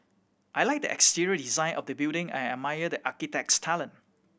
I like the exterior design of the building and I admire the architect's talent